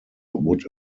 would